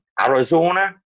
Arizona